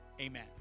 Amen